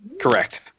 Correct